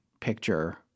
picture